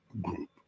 group